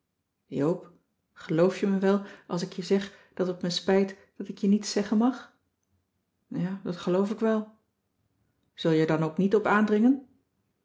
joop geloof je me wel als ik je zeg dat het me spijt dat ik je niets zeggen mag ja dat geloof ik wel zul je er dan ook niet op aandringen